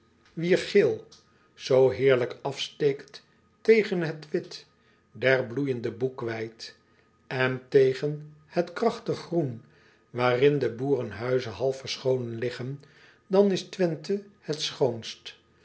wier geel zoo heerlijk afsteekt tegen het wit der bloeijende boekweit en tegen het krachtig groen waarin de boerenhuizen half verscholen liggen dan is wenthe het schoonst